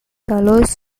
alloys